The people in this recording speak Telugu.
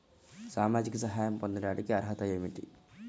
సామాజిక సహాయం పొందటానికి అర్హత ఏమిటి?